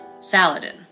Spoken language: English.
Saladin